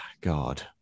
God